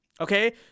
okay